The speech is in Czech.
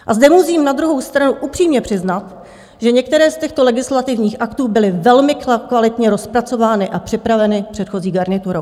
A zde musím na druhou stranu upřímně přiznat, že některé z těchto legislativních aktů byly velmi kvalitně rozpracovány a připraveny předchozí garniturou.